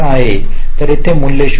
तर येथे मूल्य 0